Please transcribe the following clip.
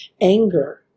anger